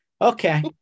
Okay